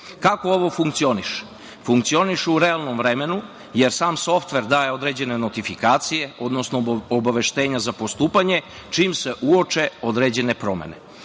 ovo funkcioniše? Funkcioniše u realnom vremenu, jer sam softver daje određene notifikacije, odnosno obaveštenja za postupanje čim se uoče određene promene.